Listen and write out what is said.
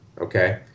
Okay